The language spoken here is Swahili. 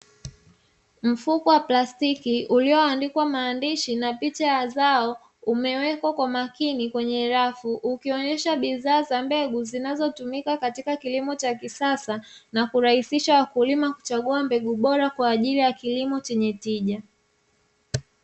Mfuko wa plastiki ulioandikwa maandishi na picha ya zao umewekwa kwa makini kwenye rafu, ukionyesha bidhaa za mbegu zinazotumika katika kilimo cha kisasa na kurahisisha wakulima kuchagua mbegu bora kwa ajili ya kilimo chenye tija.